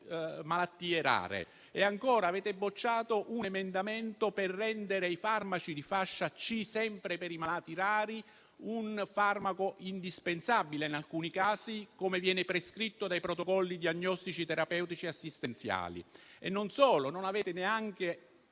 malattie rare. E ancora, avete bocciato un emendamento per rendere i farmaci di fascia C - sempre per le malattie rare - indispensabili, in alcuni casi, come viene prescritto dai protocolli diagnostici, terapeutici e assistenziali, ma non solo. Non avete neanche